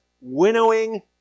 winnowing